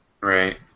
Right